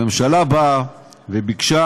הממשלה באה וביקשה